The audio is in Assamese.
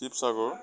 শিৱসাগৰ